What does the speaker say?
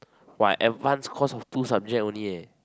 !wah! I advance course of two subject only leh